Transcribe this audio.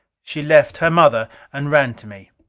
she left her mother and ran to me.